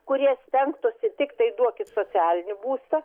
kurie stengtųsi tiktai duokit socialinį būstą